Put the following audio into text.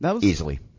Easily